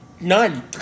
none